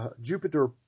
Jupiter